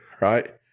right